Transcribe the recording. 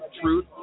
Truth